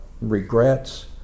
regrets